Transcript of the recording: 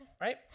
Right